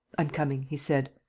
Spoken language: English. i'm coming, he said.